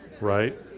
right